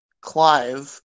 Clive